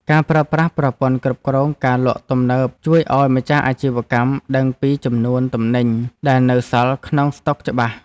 ការប្រើប្រាស់ប្រព័ន្ធគ្រប់គ្រងការលក់ទំនើបជួយឱ្យម្ចាស់អាជីវកម្មដឹងពីចំនួនទំនិញដែលនៅសល់ក្នុងស្តុកច្បាស់។